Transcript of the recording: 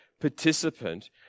participant